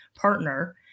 partner